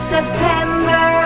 September